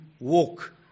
walk